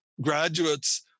graduates